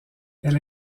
elle